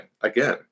again